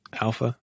alpha